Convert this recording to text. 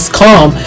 calm